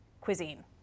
cuisine